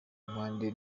impande